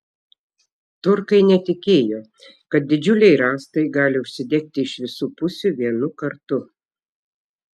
turkai netikėjo kad didžiuliai rąstai gali užsidegti iš visų pusių vienu kartu